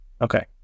Okay